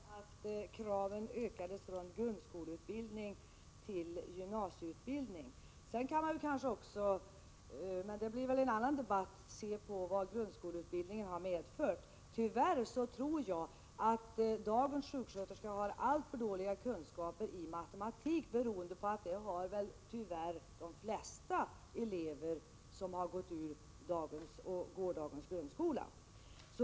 Herr talman! Det är gott och väl att kravet ökades från grundskoleutbildning till gymnasieutbildning. Sedan kan man — men det blir väl en annan debatt se på vad grundskoleutbildningen har medfört. Tyvärr har dagens sjuksköterskor alltför dåliga kunskaper i matematik, och det har väl de flesta elever som har gått i dagens eller gårdagens grundskola.